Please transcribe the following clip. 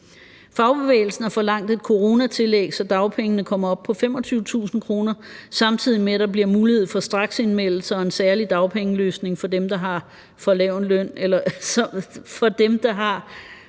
Fagbevægelsen har forlangt et coronatillæg, så dagpengene kommer op på 25.000 kr., samtidig med at der bliver mulighed for straksindmeldelser og en særlig dagpengeløsning for dem, der har for lav en løn